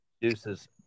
produces